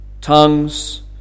tongues